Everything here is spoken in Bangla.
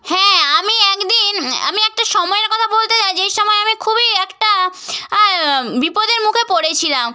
হ্যাঁ আমি এক দিন আমি একটা সময়ের কথা বলতে চাই যেই সময় আমি খুবই একটা বিপদের মুখে পড়েছিলাম